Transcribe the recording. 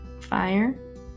fire